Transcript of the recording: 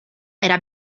era